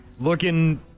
looking